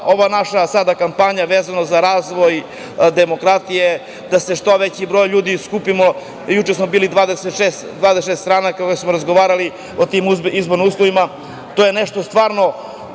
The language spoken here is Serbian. ova naša sada kampanja, vezano za razvoj demokratije, da se što veći broj ljudi skupi. Juče je bilo 26 stranaka. Ovde smo razgovarali o tim izbornim uslovima. To je nešto stvarno